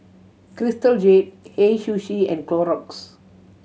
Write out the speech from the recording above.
Crystal Jade Hei Sushi and Clorox